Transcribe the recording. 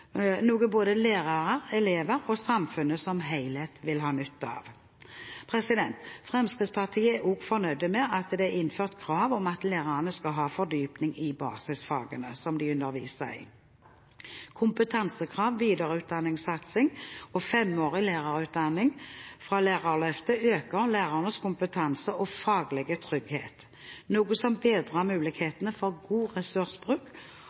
noe både lærere, elever og samfunnet som helhet vil ha nytte av. Fremskrittspartiet er også fornøyd med at det er innført krav om at lærerne skal ha fordypning i de basisfagene som de underviser i. Kompetansekrav, videreutdanningssatsing og femårig lærerutdanning fra Lærerløftet øker lærernes kompetanse og faglige trygghet, noe som bedrer mulighetene for god ressursbruk